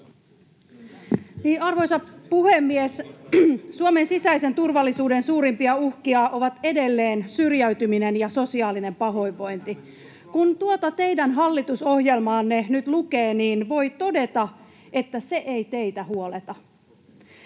Arvoisa puhemies! Suomen sisäisen turvallisuuden suurimpia uhkia ovat edelleen syrjäytyminen ja sosiaalinen pahoinvointi. Kun tuota teidän hallitusohjelmaanne nyt lukee, voi todeta, että se ei teitä huoleta.